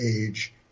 age